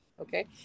Okay